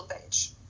page